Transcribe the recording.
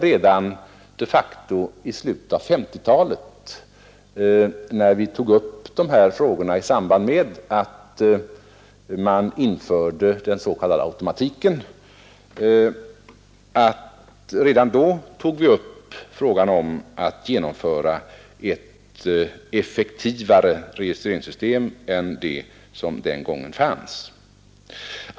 Redan i slutet av 1950-talet tog vi, i samband med att man 189 införde den s.k. automatiken, upp frågan om att åstadkomma ett effektivare registreringssystem än det som den gången fanns.